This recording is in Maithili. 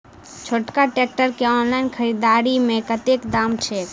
छोटका ट्रैक्टर केँ ऑनलाइन खरीददारी मे कतेक दाम छैक?